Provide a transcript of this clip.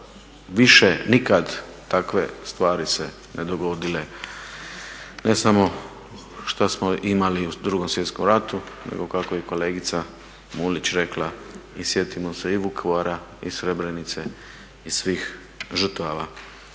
više nikad takve stvari se ne dogodile ne samo šta smo imali u Drugom svjetskom ratu, nego kako je i kolegica Mulić rekla i sjetimo se i Vukovara i Srebrenice i svih žrtava